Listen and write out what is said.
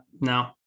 no